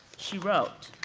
she wrote,